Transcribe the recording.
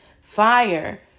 fire